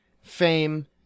fame